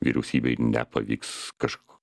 vyriausybei nepavyks kažk